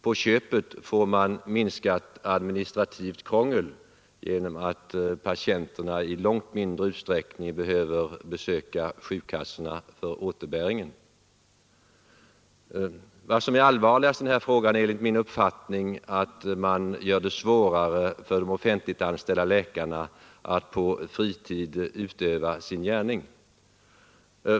På köpet får man minskat administrativt krångel genom att patienterna i långt mindre utsträckning behöver besöka försäkringskassan för återbäringen. Vad som är allvarligast i den här frågan är enligt min uppfattning att man gör det svårare för de offentliganställda läkarna att på fritid utöva sin gärning.